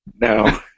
No